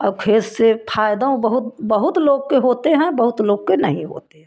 और खेत से फायदौं बहुत बहुत लोग के होते हैं बहुत लोग के नहीं होते हैं